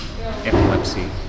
epilepsy